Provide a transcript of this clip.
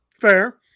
Fair